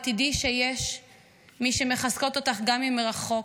תדעי שיש מי שמחזקות אותך, גם אם מרחוק.